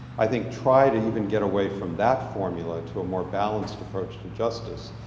i think, try to even get away from that formula to a more balanced approach to justice.